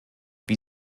wie